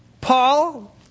Paul